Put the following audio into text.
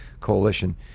coalition